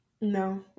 No